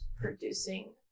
producing